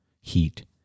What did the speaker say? heat